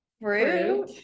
fruit